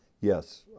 Yes